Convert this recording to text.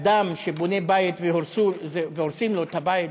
אדם שבונה בית והורסים לו את הבית,